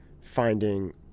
finding